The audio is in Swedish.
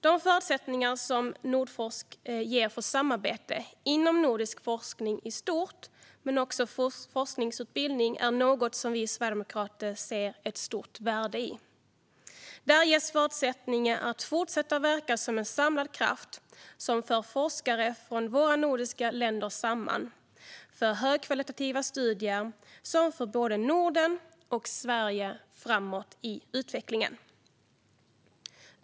De förutsättningar som Nordforsk ger för samarbete inom nordisk forskning i stort men också för forskningsutbildning är något som vi sverigedemokrater ser ett stort värde i. Där ges förutsättningar att fortsätta att verka som en samlad kraft som för forskare från våra nordiska länder samman, för högkvalitativa studier som för både Norden och Sverige framåt i utvecklingen.